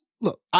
Look